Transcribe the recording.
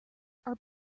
are